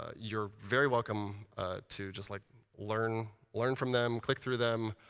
ah you're very welcome to just like learn learn from them, click through them.